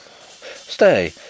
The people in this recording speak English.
Stay